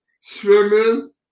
swimming